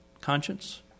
conscience